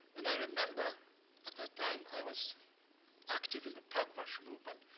and i remember at that time, i was active in the pugwash movement.